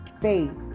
faith